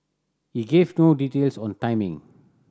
he gave no details on timing